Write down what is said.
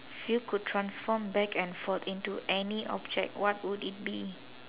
if you could transform back and forth into any object what would it be